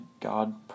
God